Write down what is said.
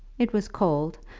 it was cold,